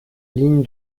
ligne